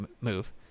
move